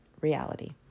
reality